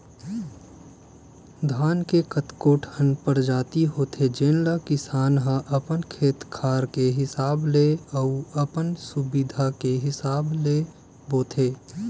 धान के कतको ठन परजाति होथे जेन ल किसान ह अपन खेत खार के हिसाब ले अउ अपन सुबिधा के हिसाब ले बोथे